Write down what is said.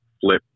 flip